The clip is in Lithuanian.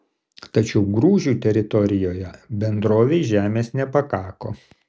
tačiau grūžių teritorijoje bendrovei žemės nepakako